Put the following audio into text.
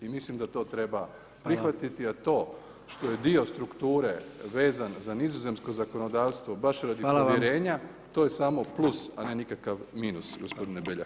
I mislim da to treba prihvatiti a to što je dio strukture vezan za nizozemsko zakonodavstvo baš radi povjerenja to je samo plus a ne nikakav minus gospodine Beljak.